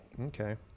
okay